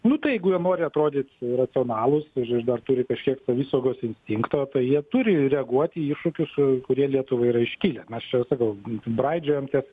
nu tai jeigu jie nori atrodyt racionalūs ir ir dar turi kažkiek savisaugos instinkto jie turi reaguoti į iššūkius kurie lietuva yra iškilę mes čia sakau braidžiojam ties